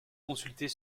consulter